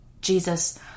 Jesus